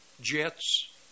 jets